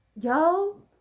Yo